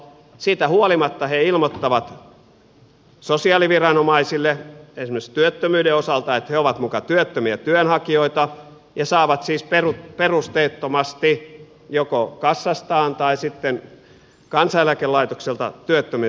siitä huolimatta he ilmoittavat sosiaaliviranomaisille esimerkiksi työttömyyden osalta että he ovat muka työttömiä työnhakijoita ja saavat siis perusteettomasti joko kassastaan tai sitten kansaneläkelaitokselta työttömyysturvaa